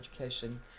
education